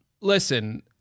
listen